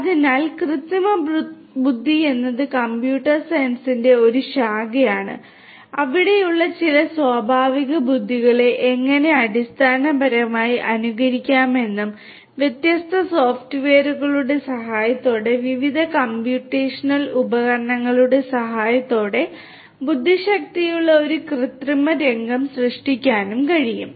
അതിനാൽ കൃത്രിമബുദ്ധി എന്നത് കമ്പ്യൂട്ടർ സയൻസിന്റെ ഒരു ശാഖയാണ് അവിടെയുള്ള ചില സ്വാഭാവിക ബുദ്ധികളെ എങ്ങനെ അടിസ്ഥാനപരമായി അനുകരിക്കാമെന്നും വ്യത്യസ്ത സോഫ്റ്റ്വെയറുകളുടെ സഹായത്തോടെ വിവിധ കമ്പ്യൂട്ടേഷണൽ ഉപകരണങ്ങളുടെ സഹായത്തോടെ ബുദ്ധിശക്തിയുള്ള ഒരു കൃത്രിമ രംഗം സൃഷ്ടിക്കാനും കഴിയും